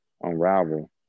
unravel